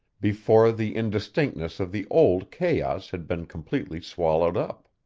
before the indistinctness of the old chaos had been completely swallowed up.